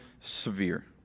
severe